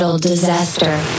Disaster